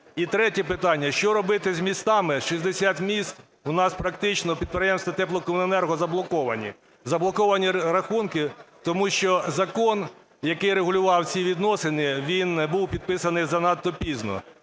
І третє питання. Що робити з містами? 60 міст – в нас практично підприємства теплокомуненерго заблоковані, заблоковані рахунки, тому що закон, який регулював ці відносини, він був підписаний занадто пізно.